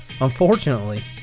Unfortunately